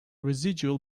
residual